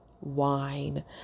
wine